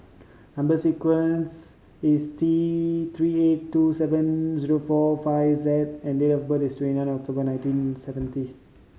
number sequence is T Three eight two seven zero four five Z and date of birth is twenty nine October nineteen seventy